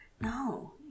No